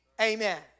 Amen